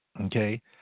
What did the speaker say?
okay